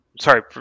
sorry